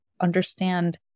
understand